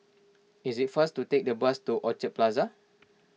it is faster to take the bus to Orchard Plaza